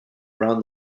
around